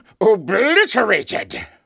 obliterated